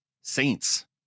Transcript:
Saints